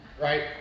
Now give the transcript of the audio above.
right